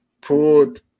Put